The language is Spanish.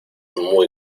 muy